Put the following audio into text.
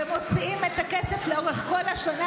ומוציאים את הכסף לאורך כל השנה,